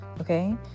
okay